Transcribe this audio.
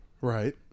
right